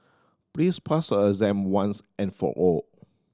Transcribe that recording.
please pass a exam once and for all